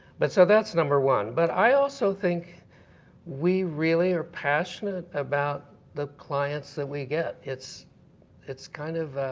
but so that's number one, but i also think we really are passionate about the clients that we get. it's it's kind of